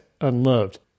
unloved